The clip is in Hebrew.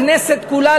הכנסת כולה,